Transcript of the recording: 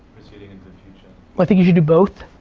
proceeding into the future. well i think you should do both,